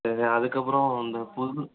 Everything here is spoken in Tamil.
சரி அதுக்கப்புறம் அந்த புது